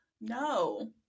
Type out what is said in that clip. No